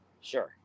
Sure